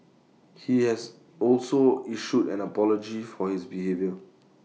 he has also issued an apology for his behaviour